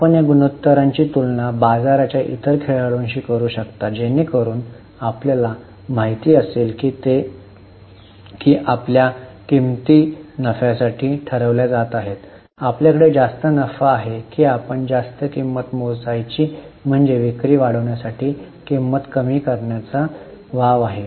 आपण या गुणोत्तरांची तुलना बाजाराच्या इतर खेळाडूंशी करू शकतो जेणेकरुन आपल्याला माहिती असेल की आपल्या किंमती नफ्यासाठी ठरविल्या जात आहेत आपल्याकडे जास्त नफा आहे की आपण जास्त किंमत मोजायची म्हणजे विक्री वाढवण्यासाठी किंमत कमी करण्याचा वाव आहे